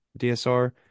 DSR